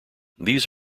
these